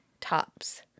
tops